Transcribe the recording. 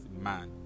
man